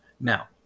Now